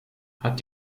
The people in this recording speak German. hat